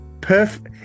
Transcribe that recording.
perfect